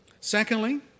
Secondly